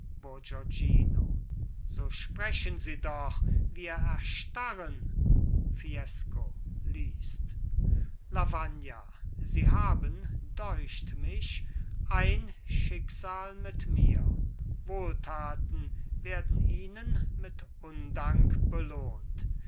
so sprechen sie doch wir erstarren fiesco liest lavagna sie haben deucht mich ein schicksal mit mir wohltaten werden ihnen mit undank belohnt